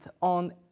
on